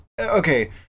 Okay